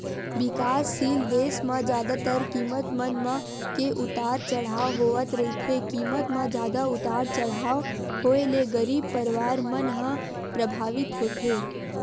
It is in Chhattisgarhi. बिकाससील देस म जादातर कीमत मन म के उतार चड़हाव होवत रहिथे कीमत म जादा उतार चड़हाव होय ले गरीब परवार मन ह परभावित होथे